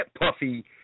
Puffy